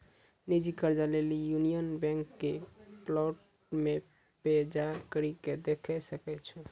निजी कर्जा लेली यूनियन बैंक के पोर्टल पे जाय करि के देखै सकै छो